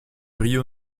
rio